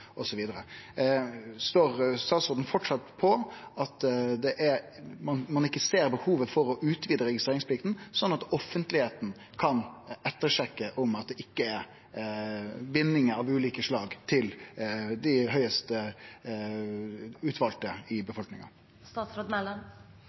Står statsråden framleis på at ein ikkje ser behovet for å utvide registreringsplikta, sånn at offentlegheita kan ettersjekke at det ikkje er bindingar av ulike slag til dei høgst utvalde i